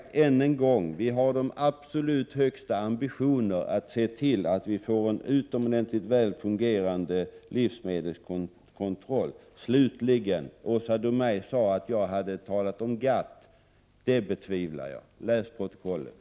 Än en gång: Vi har de absolut högsta ambitioner när det gäller att se till att få till stånd en utomordentligt väl fungerande livsmedelskontroll. Slutligen: Åsa Domeij sade att jag hade talat om GATT. Det betvivlar jag. Läs protokollet!